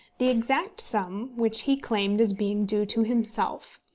the exact sum which he claimed as being due to himself.